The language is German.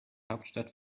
hauptstadt